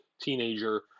teenager